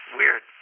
weird